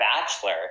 Bachelor